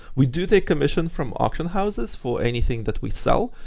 we do take commission from auction houses for anything that we sell.